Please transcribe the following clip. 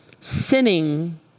sinning